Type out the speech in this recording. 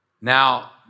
Now